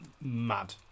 mad